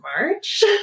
March